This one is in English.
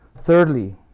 Thirdly